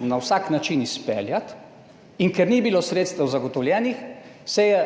na vsak način izpeljati, in ker ni bilo sredstev zagotovljenih, se je